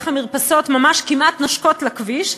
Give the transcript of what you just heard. איך המרפסות ממש כמעט נושקות לכביש,